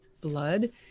blood